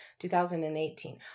2018